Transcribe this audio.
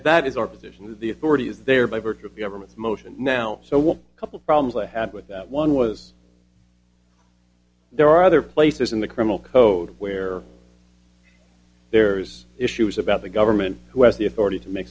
that is our petition the authorities there by virtue of the government motion now so will a couple problems i had with that one was there are other places in the criminal code where there's issues about the government who has the authority to make